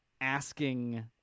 asking